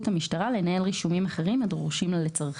המשטרה לנהל רישומים אחרים הדרושים לה לצרכיה.